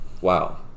wow